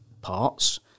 parts